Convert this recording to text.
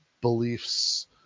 beliefs